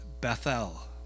Bethel